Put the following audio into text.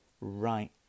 right